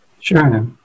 Sure